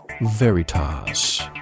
Veritas